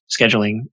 scheduling